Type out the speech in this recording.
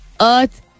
earth